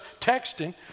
texting